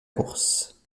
course